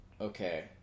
Okay